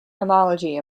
homology